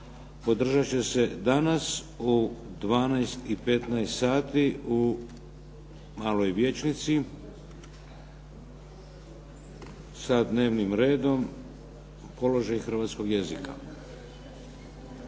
održati će se u 12,15 sati u Maloj vijećnici sa dnevnim redom položaj hrvatskog jezika.